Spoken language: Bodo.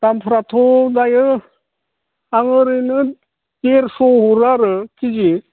दामफोराथ' दायो आं ओरैनो देरस'आव हरो आरो खेजि